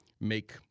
make